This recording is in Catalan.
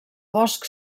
bosc